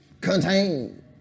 contain